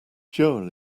joel